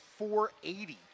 480